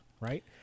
Right